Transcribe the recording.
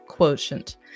quotient